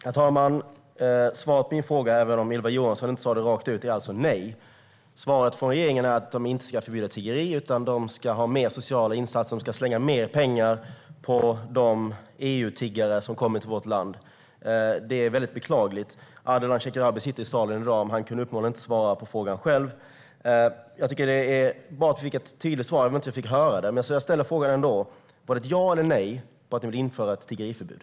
Herr talman! Svaret på min fråga, även om Ylva Johansson inte sa det rakt ut, är alltså nej. Svaret från regeringen är att de inte ska förbjuda tiggeri, utan de ska ha fler sociala insatser och slänga ut mer pengar på de EU-tiggare som kommer till vårt land. Det är beklagligt. Ardalan Shekarabi sitter i salen i dag, men han kunde uppenbarligen inte svara på frågan själv. Jag tycker att det är bra att vi fick ett tydligt svar, även om vi inte fick höra det. Jag ställer ändå frågan: Var det ett ja eller nej på om ni vill införa ett tiggeriförbud?